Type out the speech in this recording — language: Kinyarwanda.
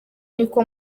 niko